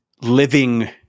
living